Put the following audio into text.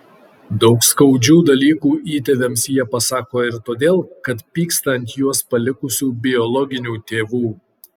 daug skaudžių dalykų įtėviams jie pasako ir todėl kad pyksta ant juos palikusių biologinių tėvų